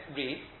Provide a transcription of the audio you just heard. read